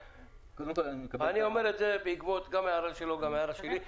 אני אומר את זה גם בעקבות ההערה שלו וגם ההערה שלי.